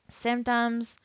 Symptoms